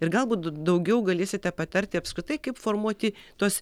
ir galbūt daugiau galėsite patarti apskritai kaip formuoti tuos